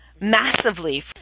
massively